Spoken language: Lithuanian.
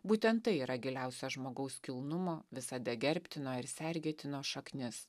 būtent tai yra giliausia žmogaus kilnumo visada gerbtino ir sergėtino šaknis